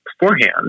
beforehand